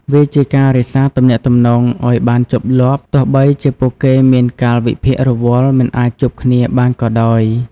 វាជាការរក្សាទំនាក់ទំនងឱ្យបានជាប់លាប់ ទោះបីជាពួកគេមានកាលវិភាគរវល់មិនអាចជួបគ្នាបានក៏ដោយ។